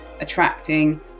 attracting